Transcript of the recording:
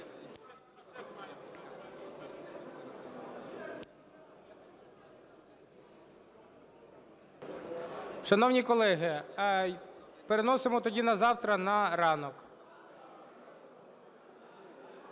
Шановні колеги, переносимо тоді на завтра на ранок.